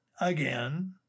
again